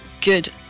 good